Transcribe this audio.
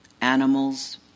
animals